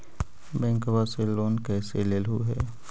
बैंकवा से लेन कैसे लेलहू हे?